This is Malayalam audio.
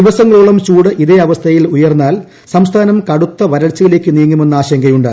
ദിവസങ്ങളോളം ചൂട് ഇതേ അവസ്ഥയിൽ ഉയ്ർന്ന്മാൽ സംസ്ഥാനം കടുത്ത വരൾച്ചയിലേക്ക് നീങ്ങുക്മെന്ന ആശങ്കയുണ്ട്